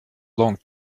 long